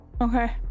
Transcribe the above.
Okay